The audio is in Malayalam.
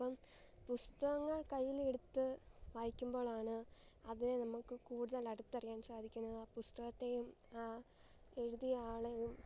അപ്പം പുസ്തകങ്ങൾ കയ്യിലെടുത്ത് വായിക്കുമ്പോഴാണ് അതിനെ നമുക്ക് കൂടുതൽ അടുത്തറിയാൻ സാധിക്കുന്നത് ആ പുസ്തകത്തെയും ആ എഴുതിയ ആളെയും